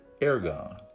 ergon